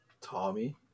Tommy